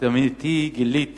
לתדהמתי גיליתי